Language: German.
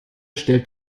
stellt